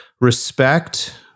respect